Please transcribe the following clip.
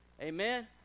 Amen